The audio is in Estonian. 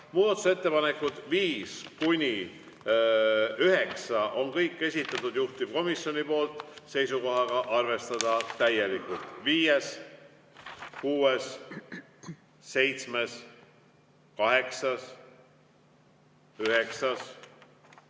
Muudatusettepanekud 5–9 on kõik esitatud juhtivkomisjoni poolt seisukohaga arvestada täielikult: viies, kuues, seitsmes, kaheksas, üheksas.